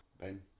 ben